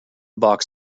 box